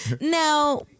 Now